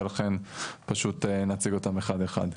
ולכן פשוט נציג אותם אחד אחד.